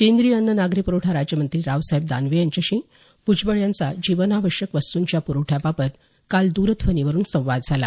केंद्रीय अन्न नागरी पुरवठा राज्यमंत्री रावसाहेब दानवे यांच्याशी भ्जबळ यांचा जीवनावश्यक वस्तूंच्या पुरवठ्याबाबत काल द्रध्वनीवरून संवाद झाला